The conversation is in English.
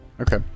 Okay